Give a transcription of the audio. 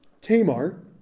Tamar